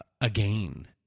again